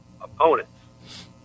opponents